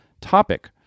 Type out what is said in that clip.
topic